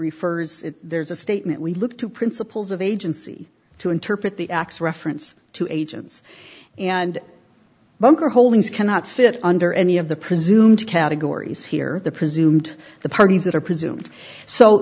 refers there's a statement we look to principles of agency to interpret the acts reference to agents and bunker holdings cannot fit under any of the presumed categories here the presumed the parties are presumed so